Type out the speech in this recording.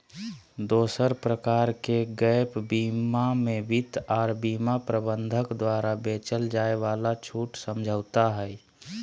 दोसर प्रकार के गैप बीमा मे वित्त आर बीमा प्रबंधक द्वारा बेचल जाय वाला छूट समझौता हय